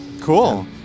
Cool